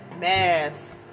mass